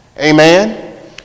Amen